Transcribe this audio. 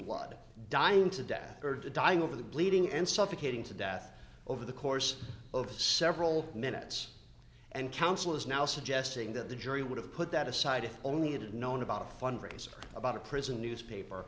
blood dying to death or dying over the bleeding and suffocating to death over the course of several minutes and counsel is now suggesting that the jury would have put that aside if only had known about a fundraiser about a prison newspaper